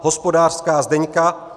Hospodářská Zdeňka